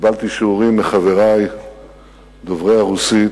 קיבלתי שיעורים מחברי דוברי הרוסית: